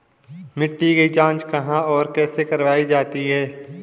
मिट्टी की जाँच कहाँ और कैसे करवायी जाती है?